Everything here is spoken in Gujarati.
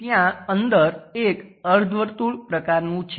ત્યાં અંદર એક અર્ધ વર્તુળ પ્રકારનું છે